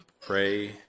pray